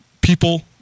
people